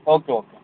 okay okay